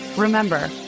Remember